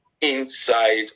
inside